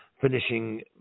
finishing